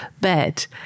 bed